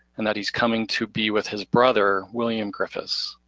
and that he's coming to be with his brother, william griffiths.